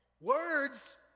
Words